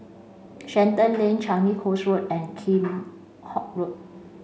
Shenton Lane Changi Coast Road and Kheam Hock Road